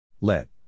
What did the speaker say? Let